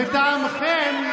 לטעמכם,